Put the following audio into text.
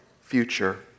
future